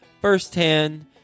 firsthand